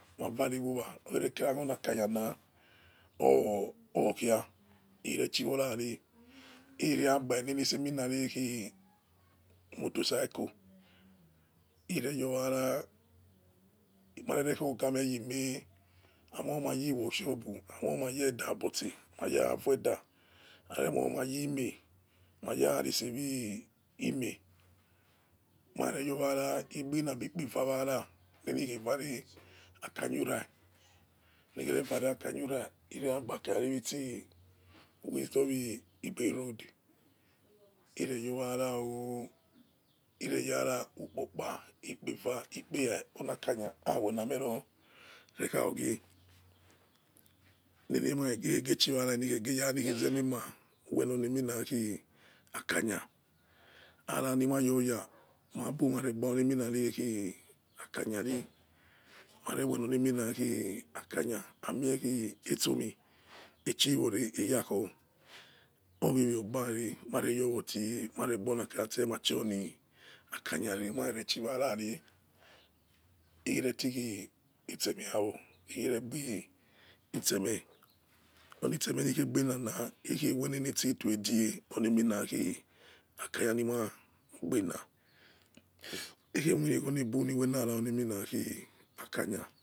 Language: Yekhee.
Ukhavare wowa nokhere kira ona kanya na okia nrechi worare ireregbaenerse eminaki naoto cycle ireyowara makerokho ogame yime amo mayi work shop amoh maye da aibotse yavoda aremomayi ime mayarese we ime mareyowa ra igbi na bi ikpe evawara nenikh evare akanya orah irera gbakan yare itsi wisdom nor wor wi igbe road ireyorwaro o̠ ireyara ukpe okpa ukpe eva ukpe ere oni akaya awename ror nekhogie nikhere uwara re rikhege ra mema wenoni emina khi akanya aranimayoya mabu mare gbaoni eminare khi akanyare marewenoneminakhe akanya ami kietsomi echiwore eyakho owewe ogbare mareyowo tiu mary gbona kanye ehe tel machakanyare ikhe retighi itsemeyawo ikheregbi itemeh onitsemeh nikhegenana ikheweni enesituo edie ona khanya nigbe ikhemoirigho nebu niwe nara.